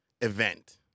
event